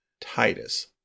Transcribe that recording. Titus